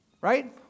Right